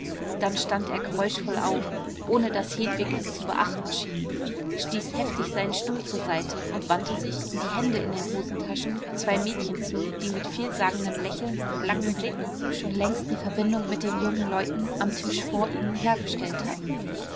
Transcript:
dann stand er geräuschvoll auf ohne daß hedwig es zu beachten schien stieß heftig seinen stuhl zur seite und wandte sich die hände in den hosentaschen zwei mädchen zu die mit vielsagendem lächeln und langen blicken schon längst die verbindung mit den jungen leuten am tisch vor ihnen hergestellt hatten